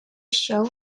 show